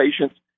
patient's